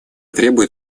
требует